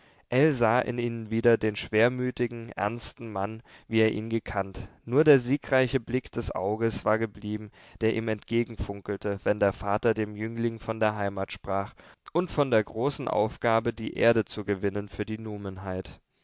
in ihnen wieder den schwermütigen ernsten mann wie er ihn gekannt nur der siegreiche blick des auges war geblieben der ihm entgegenfunkelte wenn der vater dem jüngling von der heimat sprach und von der großen aufgabe die erde zu gewinnen für die